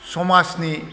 समाजनि